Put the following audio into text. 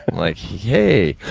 like, yay!